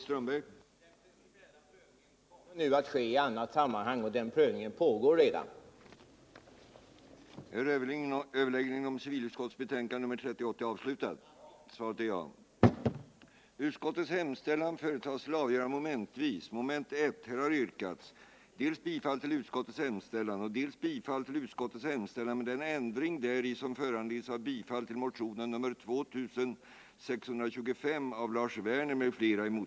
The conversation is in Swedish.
Den principiella prövningen kommer nu att ske i annat sammanhang, och den prövningen har redan påbörjats.